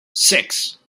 six